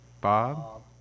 Bob